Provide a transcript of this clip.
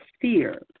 fear